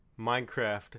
Minecraft